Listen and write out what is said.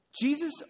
Jesus